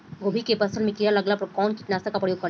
गोभी के फसल मे किड़ा लागला पर कउन कीटनाशक का प्रयोग करे?